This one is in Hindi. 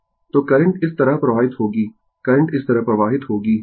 तो करंट इस तरह प्रवाहित होगी करंट इस तरह प्रवाहित होगी